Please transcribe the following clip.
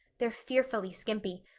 they're fearfully skimpy.